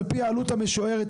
על פי העלות המשוערת,